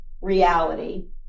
reality